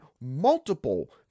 multiple